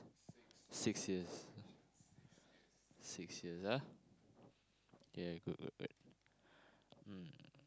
six years six years ah ya good good good mm